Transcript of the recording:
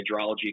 hydrology